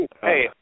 Hey